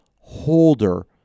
holder